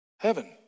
Heaven